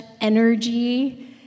energy